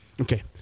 Okay